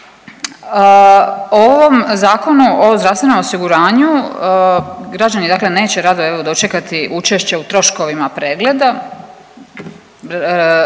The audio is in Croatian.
O ovom Zakonu o zdravstvenom osiguranju građani, dakle neće rado evo dočekati učešće u troškovima pregleda.